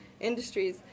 industries